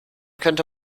könnte